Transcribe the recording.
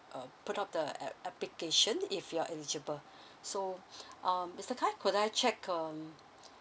uh put up the app~ application if you're eligible so um mister khai could I check um